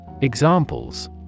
Examples